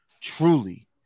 truly